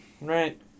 right